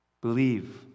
believe